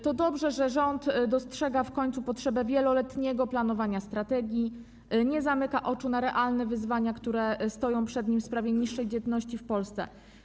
To dobrze, że rząd dostrzega w końcu potrzebę wieloletniego planowania strategii, nie zamyka oczu na realne wyzwania, jakie stoją przed nim w związku z problemem niższej dzietności w Polsce.